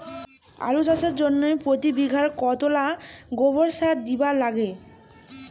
আলু চাষের জইন্যে প্রতি বিঘায় কতোলা গোবর সার দিবার লাগে?